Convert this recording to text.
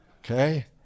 Okay